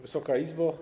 Wysoka Izbo!